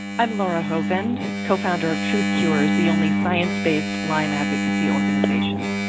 i'm laura hovind, co-founder of truth cures, the only science-based lyme advocacy organization.